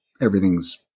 everything's